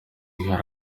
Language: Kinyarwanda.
hari